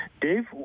Dave